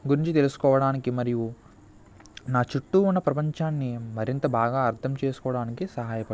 గురించి తెలుసుకోవడానికి మరియు నా చుట్టూ ఉన్న ప్రపంచాన్ని మరింత బాగా అర్థం చేసుకోడానికి సహాయపడు